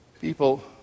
People